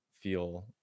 feel